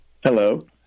hello